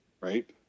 right